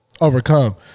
overcome